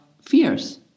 fears